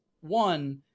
one